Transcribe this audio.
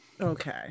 Okay